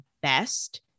best